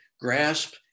grasp